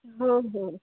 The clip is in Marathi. हो हो